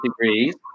degrees